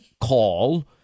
call